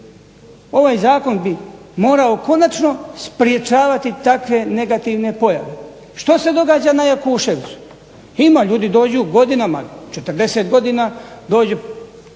Ovaj zakon bi morao konačno sprečavati takve negativne pojave. Što se događa na Jakuševcu? Ima, ljudi dođu godinama, 40 godina dođu,